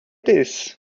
this